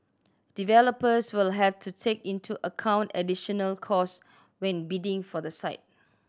developers will have to take into account additional cost when bidding for the site